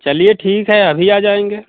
चलिए ठीक है अभी आ जाएंगे